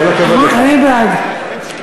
אני בעד.